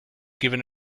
given